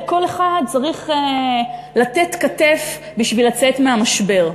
וכל אחד צריך לתת כתף בשביל לצאת מהמשבר.